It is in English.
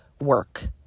work